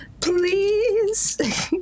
Please